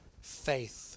faith